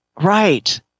Right